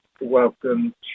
Welcome